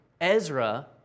Ezra